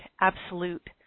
absolute